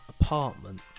apartment